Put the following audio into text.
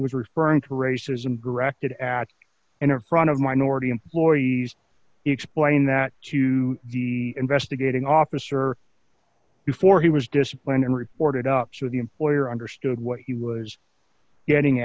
was referring to racism directed at in a run of minority employees explaining that to the investigating officer before he was disciplined and reported up to the employer understood what he was getting